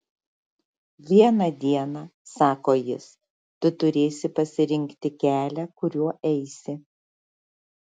vieną dieną sako jis tu turėsi pasirinkti kelią kuriuo eisi